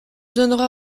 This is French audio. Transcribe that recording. donnera